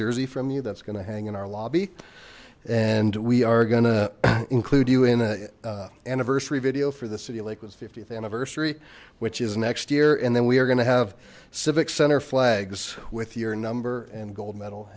jersey from you that's going to hang in our lobby and we are gonna include you in a anniversary video for the city of lakewood th anniversary which is next year and then we are going to have civic center flags with your number and gold medal